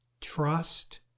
Trust